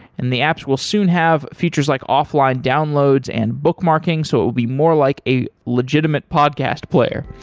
and the apps will soon have features like offline downloads and bookmarking, so it will be more like a legitimate podcast player.